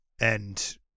And-